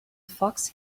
fox